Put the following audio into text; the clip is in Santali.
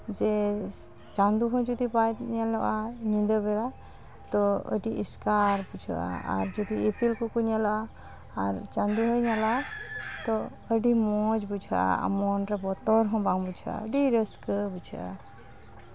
ᱡᱮ ᱪᱟᱸᱫᱚ ᱦᱚᱸ ᱡᱚᱫᱤ ᱵᱟᱭ ᱧᱮᱞᱚᱜᱼᱟ ᱧᱤᱫᱟᱹ ᱵᱮᱲᱟ ᱛᱚ ᱟᱹᱰᱤ ᱮᱥᱠᱟᱨ ᱵᱩᱡᱷᱟᱹᱜᱼᱟ ᱟᱨ ᱡᱚᱫᱤ ᱤᱯᱤᱞ ᱠᱚᱠᱚ ᱧᱮᱞᱚᱜᱼᱟ ᱟᱨ ᱪᱟᱸᱫᱚ ᱦᱚᱭ ᱧᱮᱞᱚᱜᱼᱟ ᱛᱚ ᱟᱹᱰᱤ ᱢᱚᱡᱽ ᱵᱩᱡᱷᱟᱹᱜᱼᱟ ᱢᱚᱱᱨᱮ ᱵᱚᱛᱚᱨ ᱦᱚᱸ ᱵᱟᱝ ᱵᱩᱡᱷᱟᱹᱜᱼᱟ ᱟᱹᱰᱤ ᱨᱟᱹᱥᱠᱟᱹ ᱵᱩᱡᱷᱟᱹᱜᱼᱟ